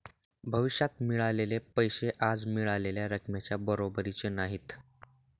भविष्यात मिळालेले पैसे आज मिळालेल्या रकमेच्या बरोबरीचे नाहीत